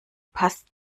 passt